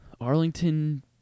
Arlington